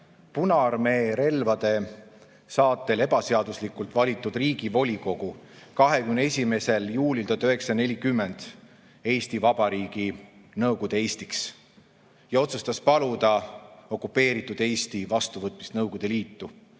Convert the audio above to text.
Punaarmee relvade saatel ebaseaduslikult valitud Riigivolikogu 21. juulil 1940 Eesti Vabariigi Nõukogude Eestiks ja otsustas paluda okupeeritud Eesti vastuvõtmist Nõukogude Liitu.